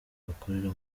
bakorera